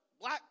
black